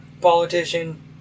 politician